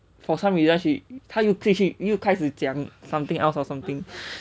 for some reason she 她又继续又开始讲:tae you ji xu you kai shi jiang something else or something